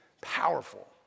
Powerful